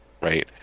right